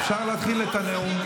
אפשר להתחיל את הנאום.